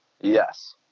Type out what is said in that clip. Yes